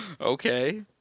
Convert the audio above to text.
Okay